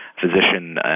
physician